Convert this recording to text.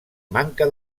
manca